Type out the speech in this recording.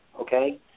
okay